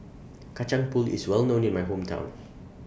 Kacang Pool IS Well known in My Hometown